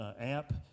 app